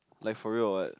like for real or what